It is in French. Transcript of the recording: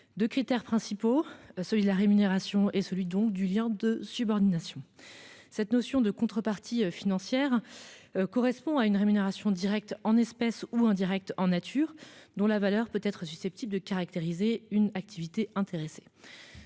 deux critères principaux : l'absence de rémunération et l'absence de lien de subordination. La notion de contrepartie financière correspond à une rémunération directe- en espèces -, ou indirecte- en nature -, dont la valeur peut être susceptible de caractériser une activité intéressée.